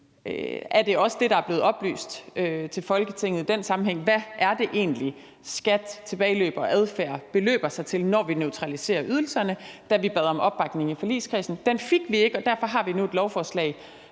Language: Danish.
er det også det, der er blevet oplyst til Folketinget, i den sammenhæng, altså hvad det egentlig er, skat, tilbageløb og adfærd beløber sig til, når vi neutraliserer ydelserne, da vi bad om opbakning i forligskredsen. Den fik vi ikke, og derfor har vi nu et lovforslag